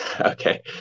Okay